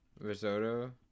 Risotto